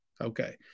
Okay